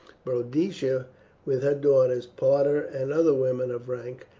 boadicea with her daughters, parta and other women of rank,